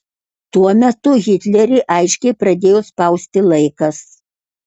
tuo metu hitlerį aiškiai pradėjo spausti laikas